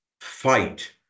fight